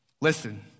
listen